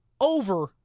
over